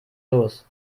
los